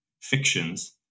fictions